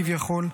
כביכול,